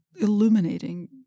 illuminating